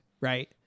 right